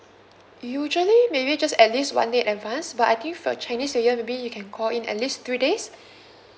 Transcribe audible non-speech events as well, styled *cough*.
usually marriage just at least one day in advance but I think for chinese new year maybe you can call in at least three days *breath*